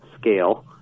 scale